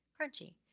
crunchy